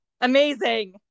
amazing